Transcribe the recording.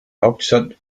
hauptstadt